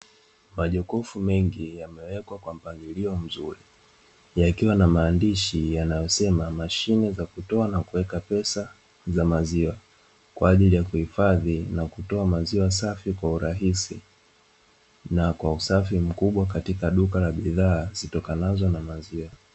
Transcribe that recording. Majokofu mengi yamewekwa kwa mpangilio mzuri yakiwa na maandishi yanayosema mashine ya kutoa na kuweka pesa za maziwa kwaajili ya kutoa na kuhifadhi bidhaa zitokanazo na maziwa